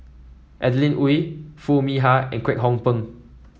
Adeline Ooi Foo Mee Har and Kwek Hong Png